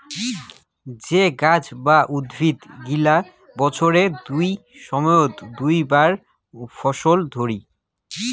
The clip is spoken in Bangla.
যে গাছ বা উদ্ভিদ গিলা বছরের দুই সময়ত দুই বার ফল ধরি